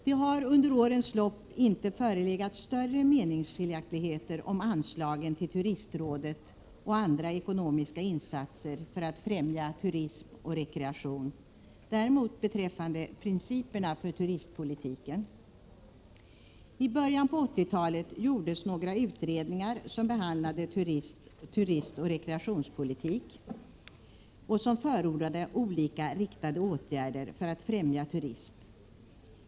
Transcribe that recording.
Det har under årens lopp inte förelegat större meningsskiljaktigheter om anslagen till Turistrådet och andra ekonomiska insatser för att främja turism och rekreation, däremot beträffande principerna för turistpolitiken. I början på 80-talet gjordes några utredningar som behandlade turistoch rekreationspolitik och som förordade olika riktade åtgärder för att främja turismen.